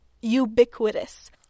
ubiquitous